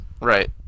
right